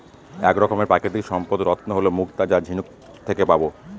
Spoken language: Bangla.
এক রকমের প্রাকৃতিক সম্পদ রত্ন হল মুক্তা যা ঝিনুক থেকে পাবো